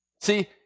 See